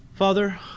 Father